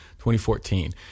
2014